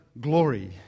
glory